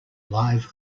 live